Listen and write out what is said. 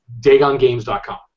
DagonGames.com